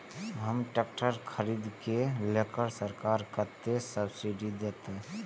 हमरा ट्रैक्टर खरदे के लेल सरकार कतेक सब्सीडी देते?